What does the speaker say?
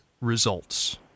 results